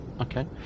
Okay